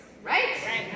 Right